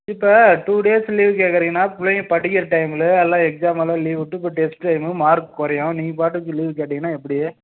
இப்போ two days leave கேக்கிறீங்கனா பிள்ளைங்க படிக்கிற டைமில் எல்லாம் எக்ஸாமெல்லாம் லீவ் விட்டு இப்போ டெஸ்ட்டு வைக்கணும் மார்க் குறையும் நீங்க பாட்டுக்கு லீவ் கேட்டிங்கன்னா எப்படி